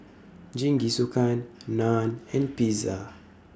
Jingisukan Naan and Pizza